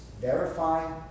verify